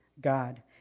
God